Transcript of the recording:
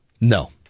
No